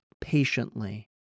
patiently